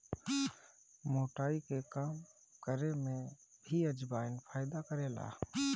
मोटाई के कम करे में भी अजवाईन फायदा करेला